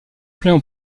plaint